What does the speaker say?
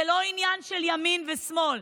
זה לא עניין של ימין ושמאל.